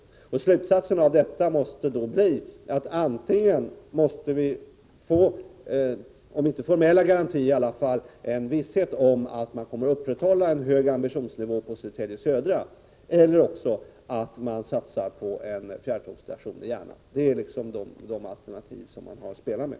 Slutsatsen av detta måste bli att antingen måste vi få om inte formella garantier så i alla fall en visshet om att man kommer att upprätthålla en hög ambitionsnivå på Södertälje Södra, eller också får man satsa på en fjärrtågsstation i Järna. Det är de alternativ som man har att spela med.